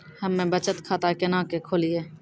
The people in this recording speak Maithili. हम्मे बचत खाता केना के खोलियै?